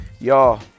y'all